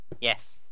Yes